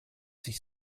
sich